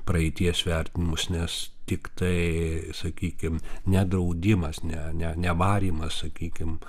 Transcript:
praeities vertinimus nes tiktai sakykim ne draudimas ne ne varymas sakykim